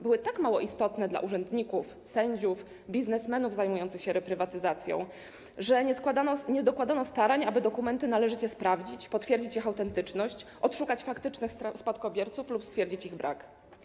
Były tak mało istotne dla urzędników, sędziów, biznesmenów zajmujących się reprywatyzacją, że nie dokładano starań, aby dokumenty należycie sprawdzić, potwierdzić ich autentyczność, odszukać faktycznych spadkobierców lub stwierdzić ich brak.